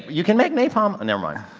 you can make napalm. never mind.